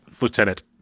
Lieutenant